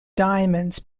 diamonds